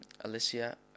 Alicia